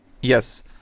Yes